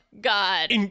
God